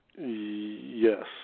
Yes